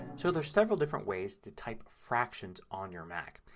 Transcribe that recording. so there's several different ways to type fractions on your mac.